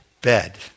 bed